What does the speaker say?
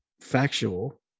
factual